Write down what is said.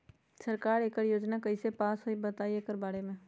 सरकार एकड़ योजना कईसे पास होई बताई एकर बारे मे?